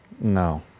No